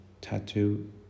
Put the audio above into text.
tattoo